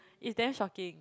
is damn shocking